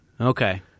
Okay